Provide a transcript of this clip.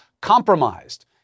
Compromised